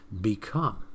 become